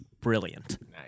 brilliant